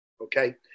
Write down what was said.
okay